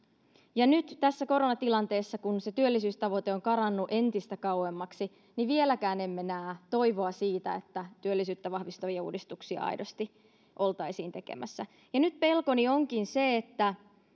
ja nyt tässä koronatilanteessa kun se työllisyystavoite on karannut entistä kauemmaksi emme vieläkään näe toivoa siitä että työllisyyttä vahvistavia uudistuksia aidosti oltaisiin tekemässä nyt pelkoni onkin että